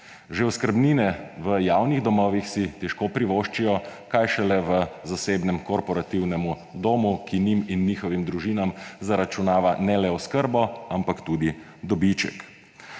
Že oskrbnine v javnih domovih si težko privoščijo, kaj šele v zasebnem korporativnem domu, ki njim in njihovim družinam zaračunava ne le oskrbe, ampak tudi dobiček.